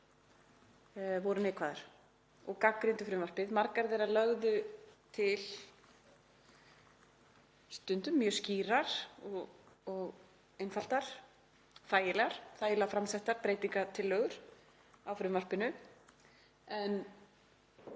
voru neikvæðar og gagnrýndu frumvarpið. Margar þeirra lögðu til stundum mjög skýrar og einfaldar, þægilegar, þægilega framsettar breytingartillögur á frumvarpinu